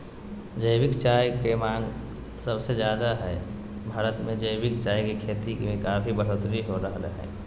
जैविक चाय के मांग सबसे ज्यादे हई, भारत मे जैविक चाय के खेती में काफी बढ़ोतरी हो रहल हई